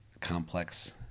complex